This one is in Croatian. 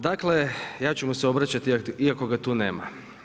Dakle, ja ću mu se obraćati iako ga tu nema.